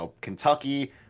Kentucky